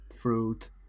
fruit